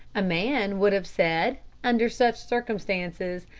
a man would have said, under such circumstances,